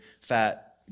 fat